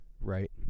right